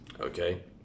Okay